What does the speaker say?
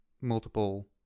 multiple